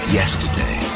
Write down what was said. yesterday